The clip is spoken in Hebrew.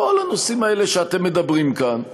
כל הנושאים האלה שאתם מדברים עליהם כאן.